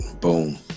boom